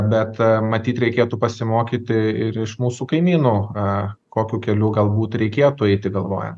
bet matyt reikėtų pasimokyti ir iš mūsų kaimynų a kokiu keliu galbūt reikėtų eiti galvojant